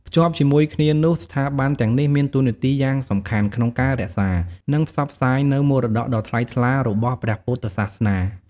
ភ្ជាប់ជាមួយគ្នានោះ ស្ថាប័នទាំងនេះមានតួនាទីយ៉ាងសំខាន់ក្នុងការរក្សា និងផ្សព្វផ្សាយនូវមរតកដ៏ថ្លៃថ្លារបស់ព្រះពុទ្ធសាសនា។